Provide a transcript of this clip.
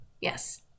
Yes